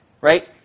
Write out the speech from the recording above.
Right